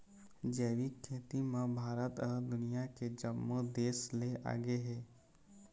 जैविक खेती म भारत ह दुनिया के जम्मो देस ले आगे हे